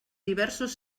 diversos